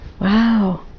Wow